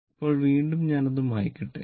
ഇപ്പോൾ വീണ്ടും ഞാൻ അത് മായ്ക്കട്ടെ